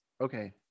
Okay